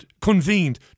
convened